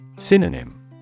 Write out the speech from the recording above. Synonym